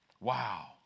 Wow